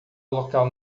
local